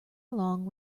along